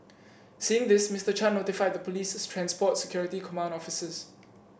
seeing this Mister Chan notified the police's transport security command officers